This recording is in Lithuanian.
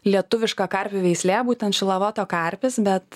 lietuviška karvių veislė būtent šilavoto karpis bet